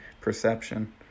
perception